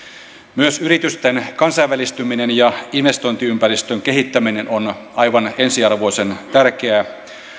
myös yritysten kansainvälistyminen ja investointiympäristön kehittäminen on aivan ensiarvoisen tärkeää